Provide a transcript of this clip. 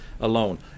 alone